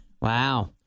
Wow